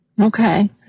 Okay